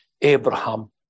Abraham